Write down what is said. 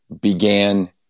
began